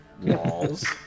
walls